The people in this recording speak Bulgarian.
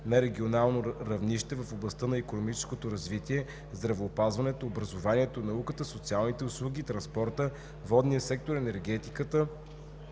на регионално равнище в областта на икономическото развитие, здравеопазването, образованието, науката, социалните услуги, транспорта, водния сектор, енергетиката,